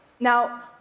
Now